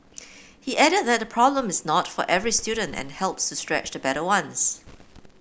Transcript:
he added that problem is not for every student and helps to stretch the better ones